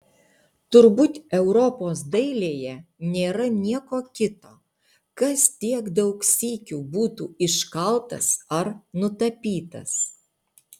turbūt europos dailėje nėra nieko kito kas tiek daug sykių būtų iškaltas ar nutapytas